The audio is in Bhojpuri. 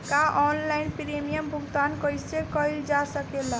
का ऑनलाइन प्रीमियम भुगतान कईल जा सकेला?